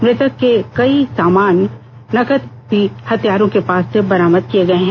मृतक के कई सामान नकद भी हत्यारों के पास से बरामद किए गए हैं